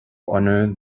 honor